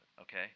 Okay